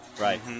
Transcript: Right